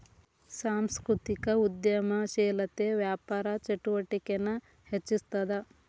ಸಾಂಸ್ಕೃತಿಕ ಉದ್ಯಮಶೇಲತೆ ವ್ಯಾಪಾರ ಚಟುವಟಿಕೆನ ಹೆಚ್ಚಿಸ್ತದ